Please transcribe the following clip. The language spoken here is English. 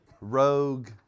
rogue